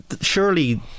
surely